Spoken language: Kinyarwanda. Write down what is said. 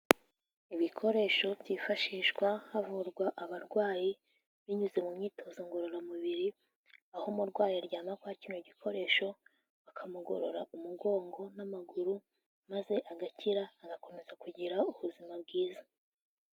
Ibikoresho byifashishwa havurwa abarwayi binyuze mu myitozo ngororamubiri, aho umurwayi aryama kwa kino gikoresho, bakamugorora umugongo n'amaguru maze agakira, agakomeza kugira ubuzima bwiza.